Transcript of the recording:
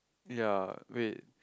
yea wait